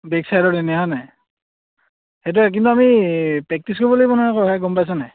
back চাইডত এনেই হয়নে সেইটোৱে কিন্তু আমি প্ৰেক্টিছ কৰিব লাগিব নহয় গম পাইছনে